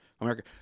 america